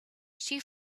she